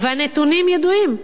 והנתונים ידועים,